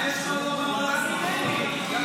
מה יש לך לומר --- מה יש לך לומר לאזרחים --- כסף.